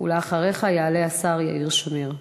לאחר מכן יעלה השר יאיר שמיר.